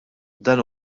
dan